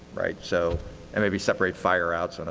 right? so and maybe separate fire out, sort of